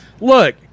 Look